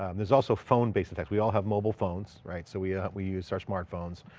um there's also phone based attacks. we all have mobile phones, right? so we yeah we use such smartphones.